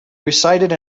recited